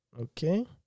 Okay